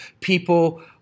People